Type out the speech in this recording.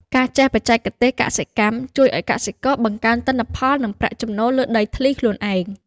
ការចេះបច្ចេកទេសកសិកម្មជួយឱ្យកសិករបង្កើនទិន្នផល និងប្រាក់ចំណូលលើដីធ្លីខ្លួនឯង។